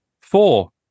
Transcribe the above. four